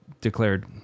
declared